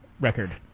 record